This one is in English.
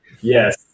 Yes